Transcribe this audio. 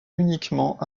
uniquement